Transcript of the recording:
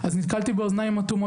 אז נתקלתי באוזניים אטומות.